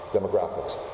Demographics